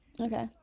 Okay